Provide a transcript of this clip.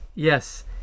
Yes